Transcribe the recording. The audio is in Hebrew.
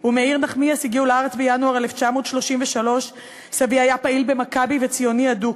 ומאיר נחמיאס הגיעו לארץ בינואר 1933. סבי היה פעיל ב"מכבי" וציוני אדוק.